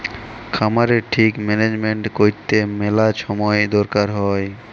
খামারের ঠিক ম্যালেজমেল্ট ক্যইরতে ম্যালা ছময় দরকার হ্যয়